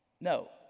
no